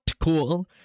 cool